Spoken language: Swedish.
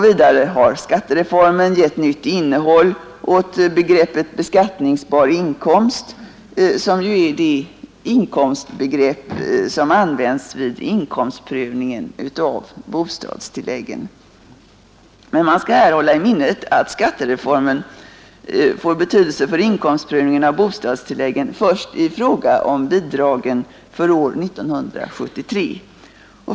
Vidare har skattereformen givit nytt innehåll åt begreppet beskattningsbar inkomst, som ju är det inkomstbegrepp som används vid inkomstprövningen av bostadstilläggen. Man skall dock hålla i minnet att skattereformen får betydelse för inkomstprövningen av bostadstilläggen först i fråga om bidragen för år 1973.